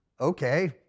okay